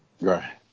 right